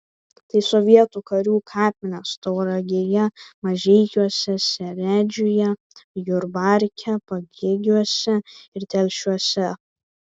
tai sovietų karių kapinės tauragėje mažeikiuose seredžiuje jurbarke pagėgiuose ir telšiuose